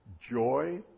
Joy